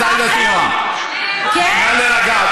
חברת הכנסת עאידה תומא, נא להירגע.